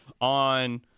on